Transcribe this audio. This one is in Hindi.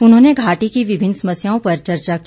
उन्होंने घाटी की विभिन्न समस्याओं पर चर्चा की